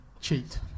cheat